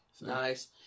Nice